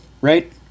Right